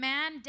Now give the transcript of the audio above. Man